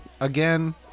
Again